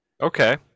okay